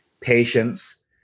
patience